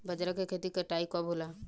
बजरा के खेती के कटाई कब होला?